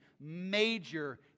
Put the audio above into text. major